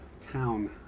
Town